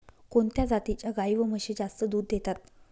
कोणत्या जातीच्या गाई व म्हशी जास्त दूध देतात?